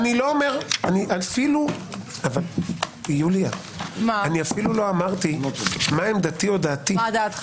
אפילו לא אמרתי מה עמדתי או דעתי.